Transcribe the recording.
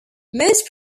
most